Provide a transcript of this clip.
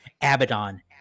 Abaddon